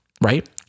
right